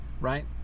right